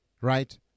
Right